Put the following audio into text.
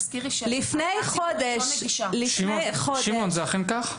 שמעון, זה אכן כך?